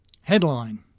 headline